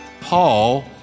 Paul